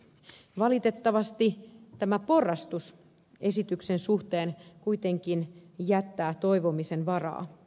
valitettavasti tämä porrastus esityksen suhteen kuitenkin jättää toivomisen varaa